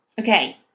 Okay